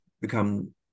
become